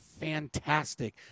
fantastic